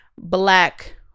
black